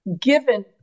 given